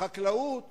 החקלאות